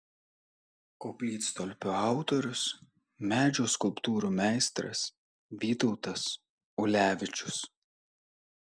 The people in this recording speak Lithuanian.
koplytstulpio autorius medžio skulptūrų meistras vytautas ulevičius